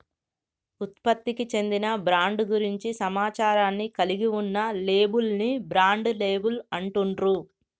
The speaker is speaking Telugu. ఉత్పత్తికి చెందిన బ్రాండ్ గురించి సమాచారాన్ని కలిగి ఉన్న లేబుల్ ని బ్రాండ్ లేబుల్ అంటుండ్రు